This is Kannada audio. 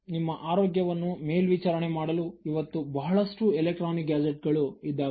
ನಿಮ್ಮ ಆರೋಗ್ಯವನ್ನು ಮೇಲ್ವಿಚಾರಣೆ ಮಾಡಲು ಇವತ್ತು ಬಹಳಷ್ಟು ಎಲೆಕ್ಟ್ರಾನಿಕ್ ಗ್ಯಾಜೆಟ್ಗಳು ಇದ್ದಾವೆ